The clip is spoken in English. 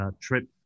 trip